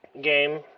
game